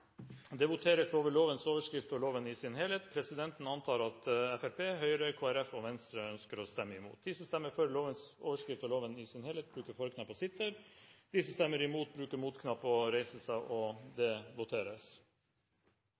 Det voteres over lovens overskrift og loven i sin helhet. Presidenten antar at Fremskrittspartiet, Høyre, Kristelig Folkeparti og Venstre ønsker å stemme imot. Lovvedtaket vil bli satt opp til annen gangs behandling i et senere møte i Stortinget. Det voteres over lovens overskrift og loven i sin helhet.